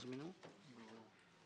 לא.